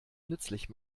nützlich